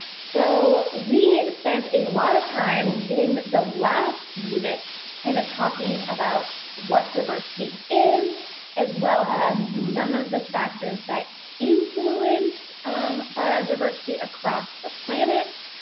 so we spent a lot of time in the last unit kind of talking about what diversity is as well as, some of the factors that influence biodiversity across the planet,